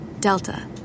Delta